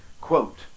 Quote